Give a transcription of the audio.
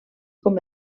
com